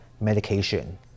medication